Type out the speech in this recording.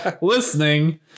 listening